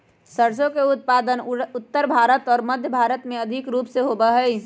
सरसों के उत्पादन उत्तर भारत और मध्य भारत में अधिक रूप से होबा हई